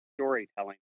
storytelling